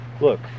look